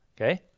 Okay